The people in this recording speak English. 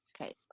Okay